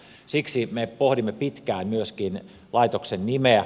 siksi me pohdimme pitkään myöskin laitoksen nimeä